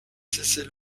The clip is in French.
cessez